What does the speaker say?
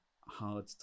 hard